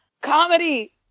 Comedy